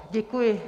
Děkuji.